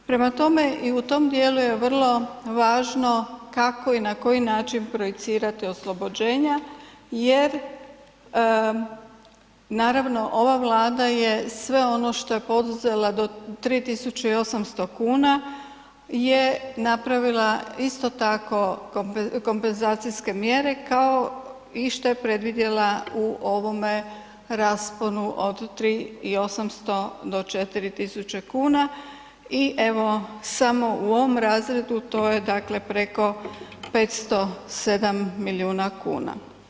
Prema tome, i u tom dijelu je vrlo važno kako i na koji način projicirati oslobođenja jer naravno ova Vlada je sve ono što je poduzela do 3.800,00 kn je napravila isto tako kompenzacijske mjere kao što je i predvidjela u ovome rasponu od 3,800,00 do 4.000,00 kn i evo samo u ovom razredu to je dakle preko 507 milijuna kuna.